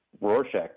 Rorschach